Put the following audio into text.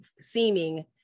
seeming